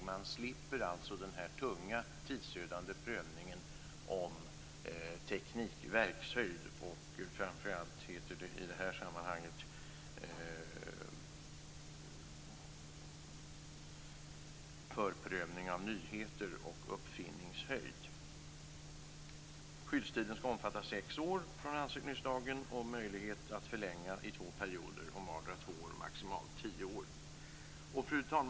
Man slipper alltså den tunga tidsödande prövningen av teknik, verkshöjd och framför allt, som det heter i det här sammanhanget, förprövning av nyhet och uppfinningshöjd. Skyddstiden skall omfatta sex år från ansökningsdagen, med möjlighet till förlängning i två perioder om vardera två år, dvs. maximalt tio år. Fru talman!